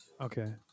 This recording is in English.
okay